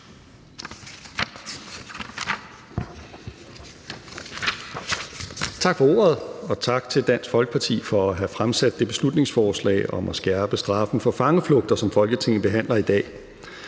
Tak for ordet, og tak til Dansk Folkeparti for at have fremsat det beslutningsforslag om at skærpe straffen for fangeflugter, som Folketinget behandler i dag.